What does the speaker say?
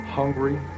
hungry